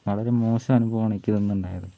വളരെ മോശം അനുഭവമാണ് എനിക്കന്നുണ്ടായത്